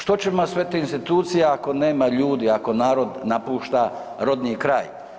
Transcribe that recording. Što će vam sve te institucije ako nema ljudi, ako narod napušta rodni kraj.